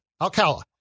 Alcala